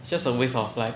it's just a waste of like